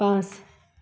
পাঁচ